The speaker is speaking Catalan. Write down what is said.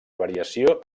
variació